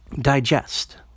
digest